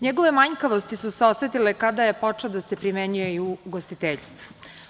Njegove manjkavosti su se osetile kada je počeo da se primenjuje i u ugostiteljstvu.